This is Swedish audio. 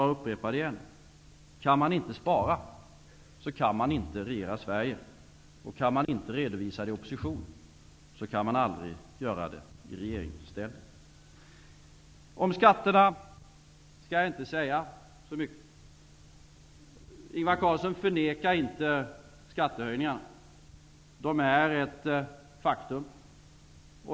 Jag upprepar det igen: Kan man inte spara, så kan man inte regera Sverige. Och kan man inte redovisa besparingarna i opposition, kan man aldrig göra det i regeringsställning. Om skatterna skall jag inte säga så mycket. Ingvar Carlsson förnekar inte skattehöjningarna. De är ett faktum.